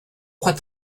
crois